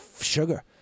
sugar